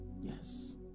Yes